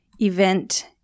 event